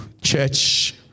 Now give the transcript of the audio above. church